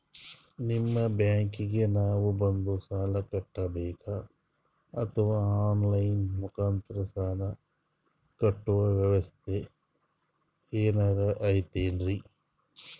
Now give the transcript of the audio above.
ನಿಮ್ಮ ಬ್ಯಾಂಕಿಗೆ ನಾವ ಬಂದು ಸಾಲ ಕಟ್ಟಬೇಕಾ ಅಥವಾ ಆನ್ ಲೈನ್ ಮುಖಾಂತರ ಸಾಲ ಕಟ್ಟುವ ವ್ಯೆವಸ್ಥೆ ಏನಾರ ಐತೇನ್ರಿ?